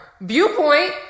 viewpoint